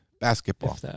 basketball